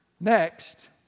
Next